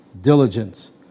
diligence